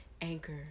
Anchor